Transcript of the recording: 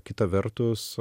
kita vertus